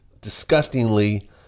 disgustingly